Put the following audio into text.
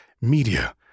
media